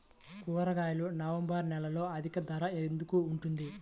కూరగాయలు నవంబర్ నెలలో అధిక ధర ఎందుకు ఉంటుంది?